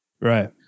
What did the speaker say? Right